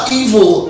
evil